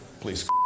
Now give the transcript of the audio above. Please